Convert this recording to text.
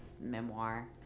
memoir